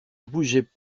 bougeaient